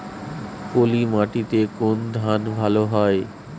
পলিমাটিতে কোন ধান ভালো হয়?